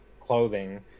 clothing